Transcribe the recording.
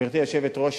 גברתי היושבת-ראש,